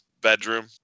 bedroom